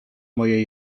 moje